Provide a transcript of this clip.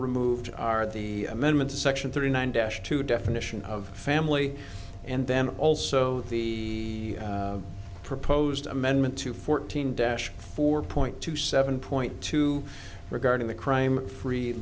removed are the amendments section thirty nine dash two definition of family and then also the proposed amendment to fourteen dash four point two seven point two regarding the crime free